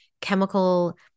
chemical